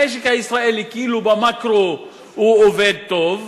המשק הישראלי כאילו במקרו עובד טוב,